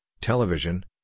television